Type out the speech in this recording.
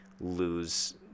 lose